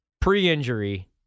pre-injury